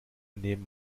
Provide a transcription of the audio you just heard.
nehmen